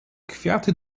kwiaty